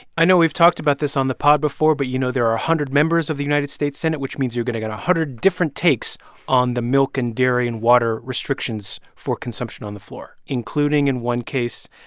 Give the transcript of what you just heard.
i know we've talked about this on the pod before, but you know there are a hundred members of the united states senate, which means you're going to get a hundred different takes on the milk and dairy and water restrictions for consumption on the floor, including, in one case,